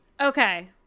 okay